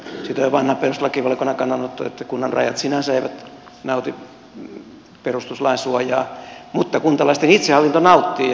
siitä on jo vanha perustuslakivaliokunnan kannanotto että kunnan rajat sinänsä eivät nauti perustuslain suojaa mutta kuntalaisten itsehallinto nauttii